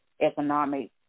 economic